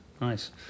nice